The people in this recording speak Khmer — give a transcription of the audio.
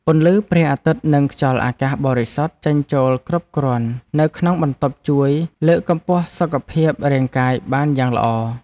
ពន្លឺព្រះអាទិត្យនិងខ្យល់អាកាសបរិសុទ្ធចេញចូលគ្រប់គ្រាន់នៅក្នុងបន្ទប់ជួយលើកកម្ពស់សុខភាពរាងកាយបានយ៉ាងល្អ។